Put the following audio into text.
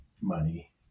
money